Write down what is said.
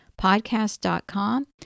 podcast.com